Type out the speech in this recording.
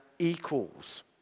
Equals